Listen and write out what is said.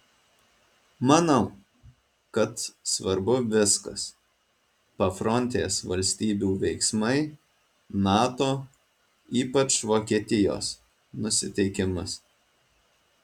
manau kad svarbu viskas pafrontės valstybių veiksmai nato ypač vokietijos nusiteikimas